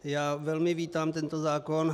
Já velmi vítám tento zákon.